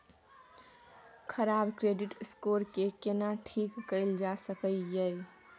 खराब credit score के केना ठीक कैल जा सकै ये?